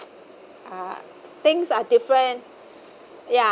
uh things are different ya